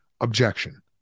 objection